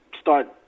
start